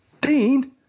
Dean